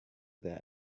that